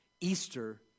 Easter